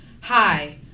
Hi